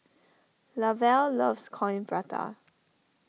Lavelle loves Coin Prata